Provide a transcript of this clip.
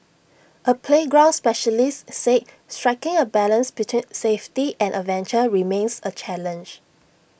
A playground specialist said striking A balance between safety and adventure remains A challenge